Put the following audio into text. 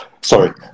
Sorry